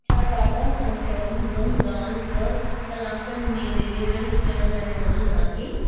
छा टाटा संपन्न मुंङ दाल ॿ कलाकनि में डिलीवरी थियण लाइ मौजूदु आहे